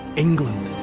england.